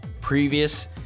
previous